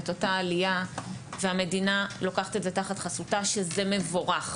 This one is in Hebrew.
את אותה עלייה והמדינה לוקחת את זה תחת חסותה שזה מבורך,